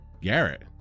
Garrett